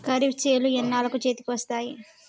ఖరీఫ్ చేలు ఎన్నాళ్ళకు చేతికి వస్తాయి?